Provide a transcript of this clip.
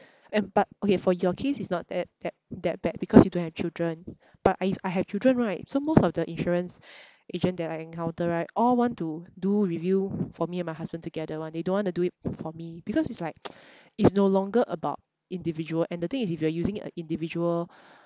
and but okay for your case it's not that that that bad because you don't have children but if I have children right so most of the insurance agent that I encounter right all want to do review for me and my husband together [one] they don't want to do it for me because it's like it's no longer about individual and the thing is if you are using a individual